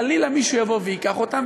וחלילה מישהו יבוא וייקח אותם.